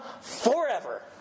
forever